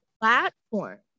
platform